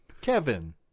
Kevin